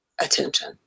attention